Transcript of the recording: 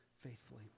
faithfully